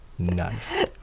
Nice